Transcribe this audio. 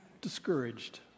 discouraged